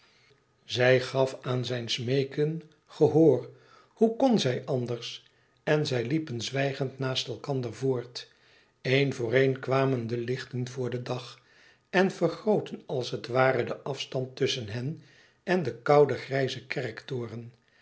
zij gaf aan zijn smeeken gehoor hoe kon zij anders en zij liepen zwijgend naast elkander voort een voor een kwamen de lichten voor den dag en vergrootten als het ware den afstand tusschen hen en den kouden grijzen kerktoren